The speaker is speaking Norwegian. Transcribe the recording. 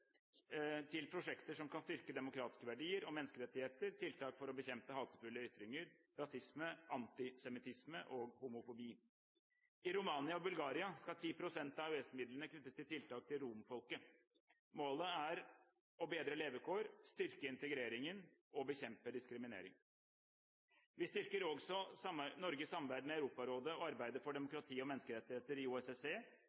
til prosjekter som kan styrke demokratiske verdier og menneskerettigheter, tiltak for å bekjempe hatefulle ytringer, rasisme, antisemittisme og homofobi. I Romania og Bulgaria skal 10 pst. av EØS-midlene knyttes til tiltak for romfolket. Målet er å bedre levekårene, styrke integreringen og bekjempe diskriminering. Vi styrker også Norges samarbeid med Europarådet og arbeidet for